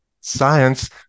Science